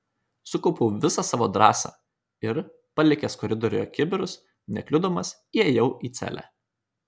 sukaupiau visą savo drąsą ir palikęs koridoriuje kibirus nekliudomas įėjau į celę